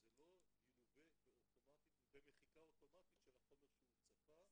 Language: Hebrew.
שזה לא ילווה במחיקה אוטומטית של החומר שהוא צפה בו.